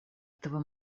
этого